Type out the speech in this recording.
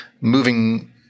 moving